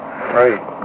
Right